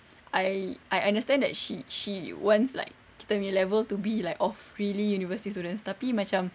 I I understand that she she wants like kita nya level to be like of really university students tapi macam